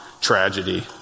tragedy